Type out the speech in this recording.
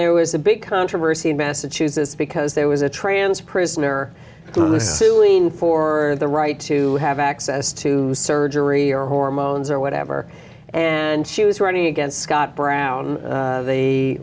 there was a big controversy in massachusetts because there was a trans prisoner who was suing for the right to have access to surgery or hormones or whatever and she was running against scott brown